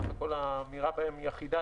סך הכול האמירה בהם היא אחידה,